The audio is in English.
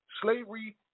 Slavery